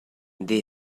they